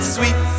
Sweet